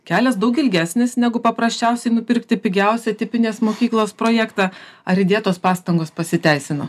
kelias daug ilgesnis negu paprasčiausiai nupirkti pigiausią tipinės mokyklos projektą ar įdėtos pastangos pasiteisino